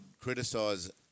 criticise